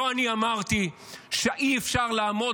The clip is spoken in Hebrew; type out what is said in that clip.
לא אני אמרתי שאי-אפשר לעמוד.